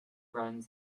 runs